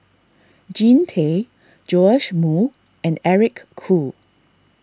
Jean Tay Joash Moo and Eric Khoo